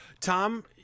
Tom